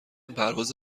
پرواز